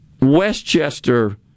Westchester